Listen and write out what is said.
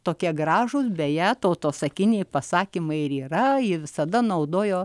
tokie gražūs beje tautosakiniai pasakymai ir yra ji visada naudojo